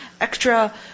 extra